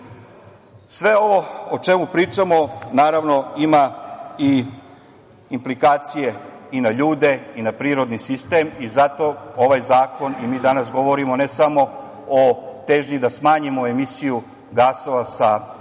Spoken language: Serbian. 15%.Sve ovo o čemu pričamo naravno ima i implikacije i na ljude i na prirodni sistem i zato ovaj zakon i mi danas govorimo, ne samo o težnji da smanjimo emisiju gasova sa efektom